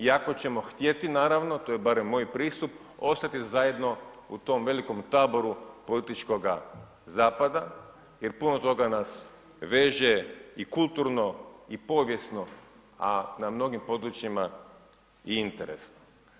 I ako ćemo htjeti naravno, to je barem moj pristup ostati zajedno u tom velikom taboru političkoga zapada jer puno toga nas veže i kulturno i povijesno a na mnogim područjima i interesno.